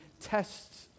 tests